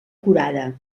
curada